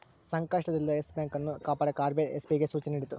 ಸಂಕಷ್ಟದಲ್ಲಿದ್ದ Yes Bank ಅನ್ನು ಕಾಪಾಡಕ ಆರ್.ಬಿ.ಐ ಎಸ್.ಬಿ.ಐಗೆ ಸೂಚನೆ ನೀಡಿತು